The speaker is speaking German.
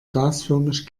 gasförmig